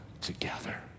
together